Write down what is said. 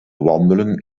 wandelen